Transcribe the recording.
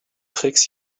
fix